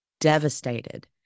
devastated